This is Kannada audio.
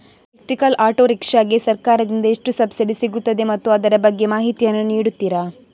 ಎಲೆಕ್ಟ್ರಿಕಲ್ ಆಟೋ ರಿಕ್ಷಾ ಗೆ ಸರ್ಕಾರ ದಿಂದ ಎಷ್ಟು ಸಬ್ಸಿಡಿ ಸಿಗುತ್ತದೆ ಮತ್ತು ಅದರ ಬಗ್ಗೆ ಮಾಹಿತಿ ಯನ್ನು ನೀಡುತೀರಾ?